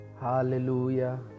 Hallelujah